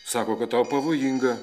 sako kad tau pavojinga